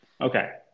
Okay